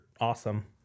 awesome